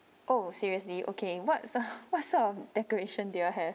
oh seriously okay what's what sort of decoration do you all have